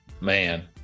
man